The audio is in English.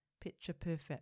picture-perfect